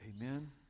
Amen